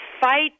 fight